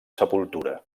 sepultura